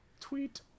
Tweet